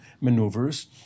maneuvers